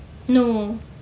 no